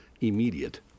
immediate